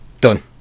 done